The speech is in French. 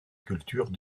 culture